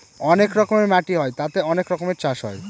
অনেক রকমের মাটি হয় তাতে অনেক রকমের চাষ হয়